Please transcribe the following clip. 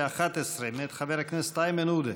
511, מאת חבר הכנסת איימן עודה.